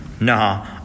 Nah